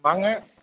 வாங்க